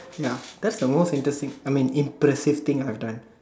ya that's the most interesting thing I mean impressive thing I've done